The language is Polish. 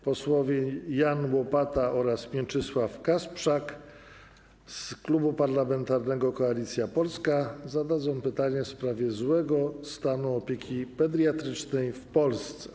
Posłowie Jan Łopata oraz Mieczysław Kasprzak z Klubu Parlamentarnego Koalicja Polska zadadzą pytanie w sprawie złego stanu opieki pediatrycznej w Polsce.